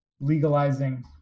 legalizing